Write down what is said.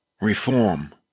Reform